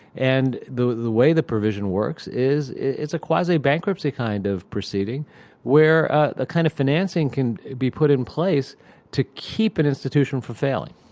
and the the way the provision works is it's a quasi-bankruptcy kind of proceeding where ah the kind of financing can be put in place to keep an institution for failing.